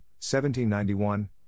1791